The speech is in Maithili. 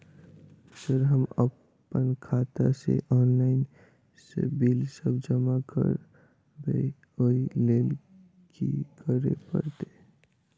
सर हम अप्पन खाता सऽ ऑनलाइन सऽ बिल सब जमा करबैई ओई लैल की करऽ परतै?